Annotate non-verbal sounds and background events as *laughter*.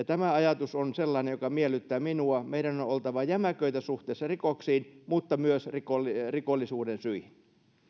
*unintelligible* tämä ajatus on sellainen joka miellyttää minua meidän on oltava jämäköitä suhteessa rikoksiin mutta myös rikollisuuden syihin